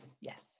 Yes